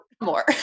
more